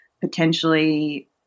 potentially